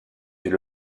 est